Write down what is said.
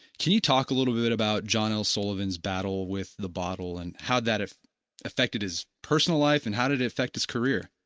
can you talk a little bit about john l. sullivan's battle with the bottle and how that affected his personal life and how did it affect his career?